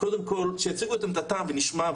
קודם כל שיציגו את עמדתם ונשמע,